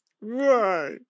Right